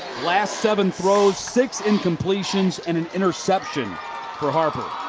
last seven throws, six incompletions and and interception for harper.